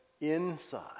inside